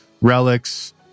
Relics